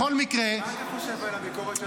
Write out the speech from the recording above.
מה אתה חושב על הביקורת של עמית סגל,